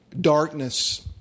darkness